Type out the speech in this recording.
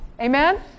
Amen